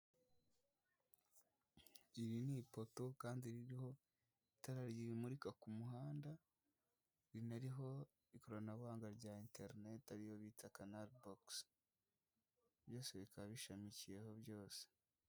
Iri ni ipoto kandi ririho itara rimurika ku muhanda, rinariho ikoranabuhanga rya internet ariyo bita kanari bogisi byose bikaba bishamikiyeho byose.